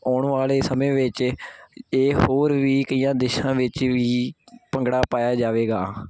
ਆਉਣ ਵਾਲੇ ਸਮੇਂ ਵਿੱਚ ਇਹ ਹੋਰ ਵੀ ਕਈਆਂ ਦੇਸ਼ਾਂ ਵਿੱਚ ਵੀ ਭੰਗੜਾ ਪਾਇਆ ਜਾਵੇਗਾ